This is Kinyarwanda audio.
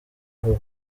vuba